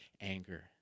anger